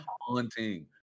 haunting